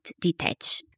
detach